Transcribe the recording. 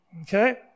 Okay